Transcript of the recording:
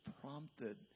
prompted